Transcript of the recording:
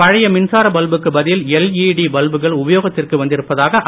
பழைய மின்சார பல்புக்கு பதில் எல்இடி பல்புகள் உபயோகத்திற்கு வந்திருப்பதாக அவர் கூறினார்